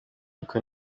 uko